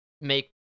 make